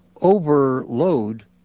overload